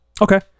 Okay